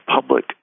public